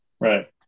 right